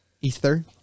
Ether